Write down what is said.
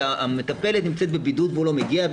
שהמטפלת נמצאת בבידוד והוא לא מגיע.